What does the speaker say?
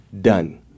done